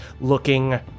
looking